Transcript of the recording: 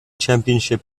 championship